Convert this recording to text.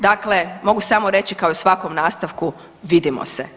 Dakle, mogu samo reći kao i svakom nastavku, vidimo se.